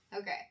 Okay